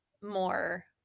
more